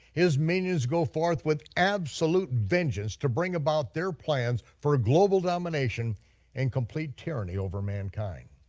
his minions go forth with absolute vengeance to bring about their plans for global domination and complete tyranny over mankind.